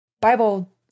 Bible